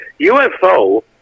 UFO